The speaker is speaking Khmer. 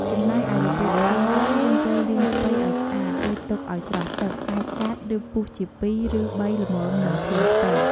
ចំណែកឯរបៀបធ្វើវិញ យេីងត្រូវលាងស្ពៃឱ្យស្អាតរួចទុកឱ្យស្រស់ទឹក អាចកាត់ ឬ ពុះជាពីរឬបី ល្មមនឹងធាងស្ពៃ។